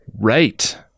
Right